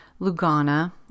Lugana